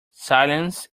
silence